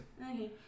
Okay